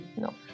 No